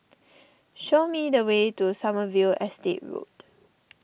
show me the way to Sommerville Estate Road